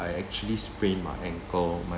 I actually sprained my ankle my